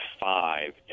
five